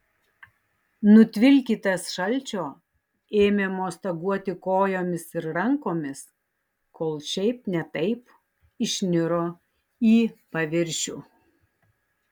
nutvilkytas šalčio ėmė mostaguoti kojomis ir rankomis kol šiaip ne taip išniro į paviršių